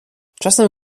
czasem